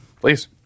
Please